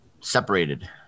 separated